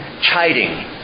chiding